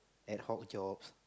ad hoc jobs